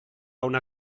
una